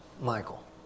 Michael